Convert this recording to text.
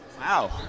wow